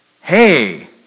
Hey